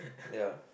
ya